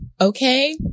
Okay